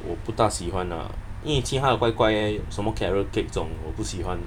我不大喜欢 ah 以为其它的怪怪 eh 什么 carrot cake 这种我不喜欢